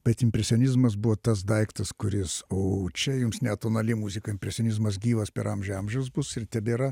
bet impresionizmas buvo tas daiktas kuris o čia jums ne atonali muzika impresionizmas gyvas per amžių amžius bus ir tebėra